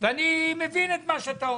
ואני מבין את מה שאתה אומר.